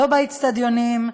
לא באצטדיונים,